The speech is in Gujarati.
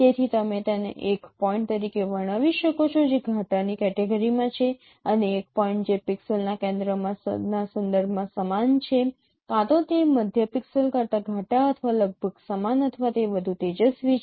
તેથી તમે તેમને એક પોઈન્ટ તરીકે વર્ણવી શકો છો જે ઘાટાની કેટેગરીમાં છે અને એક પોઈન્ટ જે પિક્સેલના કેન્દ્રના સંદર્ભમાં સમાન છે કાં તો તે મધ્ય પિક્સેલ કરતાં ઘાટા અથવા લગભગ સમાન અથવા તે વધુ તેજસ્વી છે